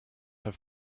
have